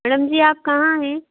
madam ji आप कहाँ हैं